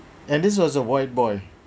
and this was a white boy